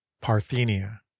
PARTHENIA